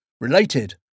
Related